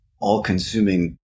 all-consuming